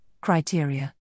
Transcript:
criteria